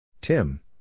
Tim